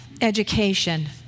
education